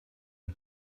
ich